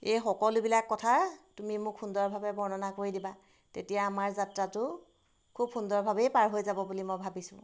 এই সকলোবিলাক কথা তুমি মোক সুন্দৰভাৱে বৰ্ণনা কৰি দিবা তেতিয়া আমাৰ যাত্ৰাটো খুব সুন্দৰভাৱেই পাৰ হৈ যাব বুলি মই ভাবিছোঁ